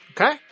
Okay